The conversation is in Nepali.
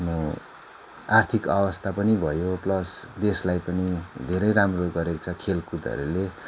आफ्नो आर्थिक अवस्था पनि भयो प्लस देशलाई पनि धेरै राम्रो गरेको छ खेलकुदहरूले